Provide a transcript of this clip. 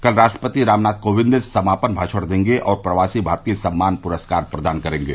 कल राष्ट्रपति रामनाथ कोविंद समापन भाषण देंगे और प्रवासी भारतीय सम्मान पुरस्कार प्रदान करेंगे